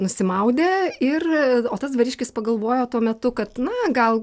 nusimaudė ir o tas vyriškis pagalvojo tuo metu kad na gal